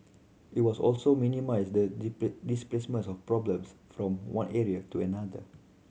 it will also minimise the displacement of problems from one area to another